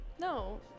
No